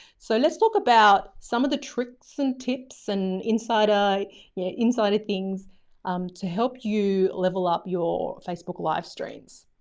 so let's talk about some of the tricks and tips and insider yeah insider things to help you level up your facebook live streams.